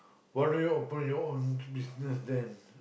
why don't you open your own business then